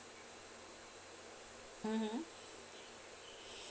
mmhmm